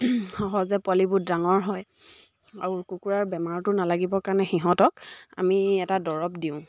সহজে পোৱালিবোৰ ডাঙৰ হয় আৰু কুকুৰাৰ বেমাৰটো নালাগিবৰ কাৰণে সিহঁতক আমি এটা দৰৱ দিওঁ